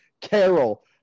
Carol